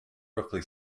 roughly